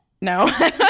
No